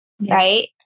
right